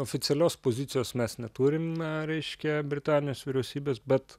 oficialios pozicijos mes neturime reiškia britanijos vyriausybės bet